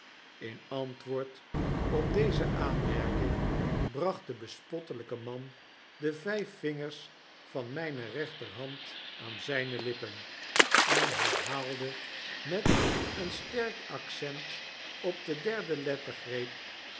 in antwoord op deze aanmerking bracht de bespottelijke man de vyf vingers van myne rechterhand aan zijne lippen en herhaalde met een sterk accent op de derde lettergreep